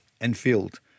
infield